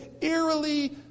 eerily